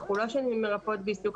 אנחנו לא שונים ממרפאות בעיסוק,